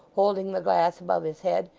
holding the glass above his head,